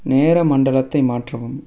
நேர மண்டலத்தை மாற்றவும்